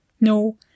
No